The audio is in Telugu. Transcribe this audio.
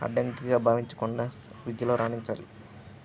అడ్డంకిగా భావించకుండా విద్యలో రాణించాలి